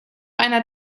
einer